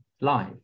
live